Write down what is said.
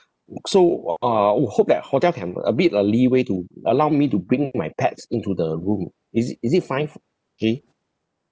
so uh we hope that hotel can a bit a leeway to allow me to bring my pets into the room is it is it fine f~ K